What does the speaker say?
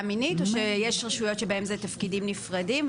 מינית או שיש רשויות שבהן זה תפקידים נפרדים.